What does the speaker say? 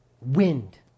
Wind